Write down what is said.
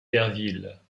derville